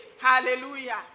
Hallelujah